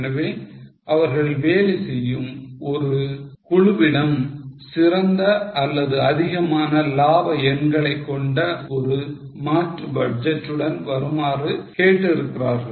எனவே அவர்கள் வேலை செய்யும் ஒரு குழுவிடம் சிறந்த அல்லது அதிகமான லாப எண்களைக் கொண்ட ஒரு மாற்று பட்ஜெட்றுடன் வருமாறு கேட்டிருக்கிறார்கள்